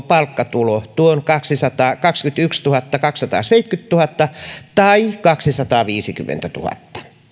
palkkatulo tuon kaksikymmentätuhattakaksisataaseitsemänkymmentä tai kaksisataaviisikymmentätuhatta